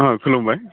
खुलुमबाय